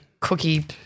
Cookie